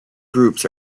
groups